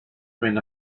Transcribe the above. ven